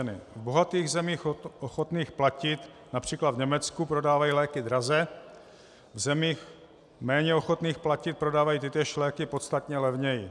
V bohatých zemích ochotných platit, například v Německu, prodávají léky draze, v zemích méně ochotných platit prodávají tytéž léky podstatně levněji.